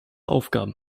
aufgaben